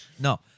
No